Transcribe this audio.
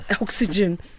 oxygen